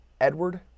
Edward